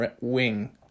wing